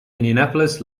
indianapolis